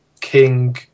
King